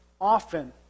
often